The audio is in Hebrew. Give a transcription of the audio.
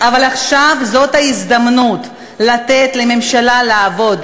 אבל עכשיו זאת ההזדמנות לתת לממשלה לעבוד,